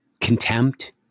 contempt